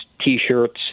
T-shirts